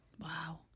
Wow